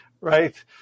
right